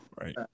Right